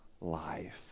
life